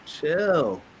chill